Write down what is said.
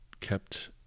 kept